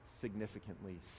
significantly